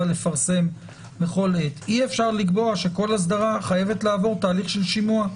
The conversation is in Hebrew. לפרסם בכל עת אי-אפשר לקבוע שכל אסדרה חייבת לעבור תהליך של שימוע,